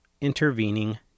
Intervening